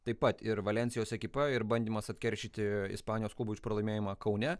taip pat ir valensijos ekipa ir bandymas atkeršyti ispanijos klubui už pralaimėjimą kaune